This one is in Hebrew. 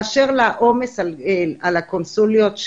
באשר לעומס על הקונסוליות,